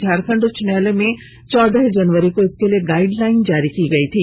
झारखंड उच्च न्यायालय में चौदह जनवरी को इसके लिए गाइडलाइन जारी की गई थी